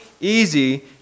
easy